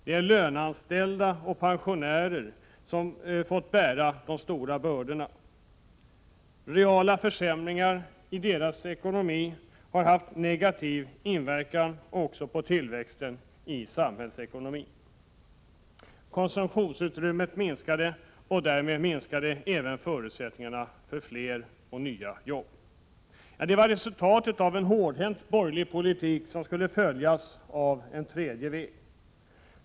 Det är löneanställda och pensionärer som fått bära de stora bördorna. Reala försämringar i deras ekonomi har haft negativ inverkan också på tillväxten i samhällsekonomin. Konsumtionsutrymmet minskade, och därmed minskade även förutsättningar för fler och nya jobb. Det var resultatet av en hårdhänt borgerlig politik som skulle följas av en tredje väg.